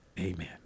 Amen